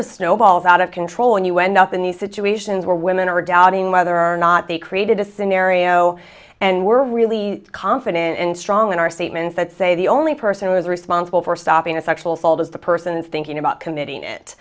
of snowballs out of control and you end up in these situations where women are doubting whether or not they created a scenario and were really confident and strong in our statements that say the only person who is responsible for stopping a sexual assault is the person thinking about committing it